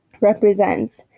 Represents